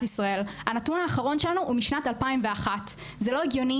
ישראל הנתון האחרון שלנו הוא משנת 2001 זה לא הגיוני